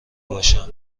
باشم